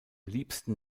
liebsten